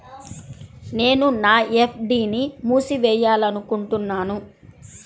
నేను నా ఎఫ్.డీ ని మూసివేయాలనుకుంటున్నాను